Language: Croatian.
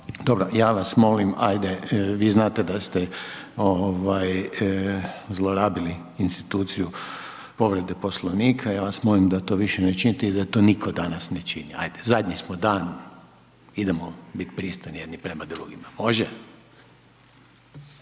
Dobro, ja vas molim, ajde vi znate da ste ovaj zlorabili instituciju povrede Poslovnika, ja vas molim da to više ne činite i da to nitko danas ne čini. Ajde zadnji smo dan, idemo biti pristojni jedni prema drugima. Može?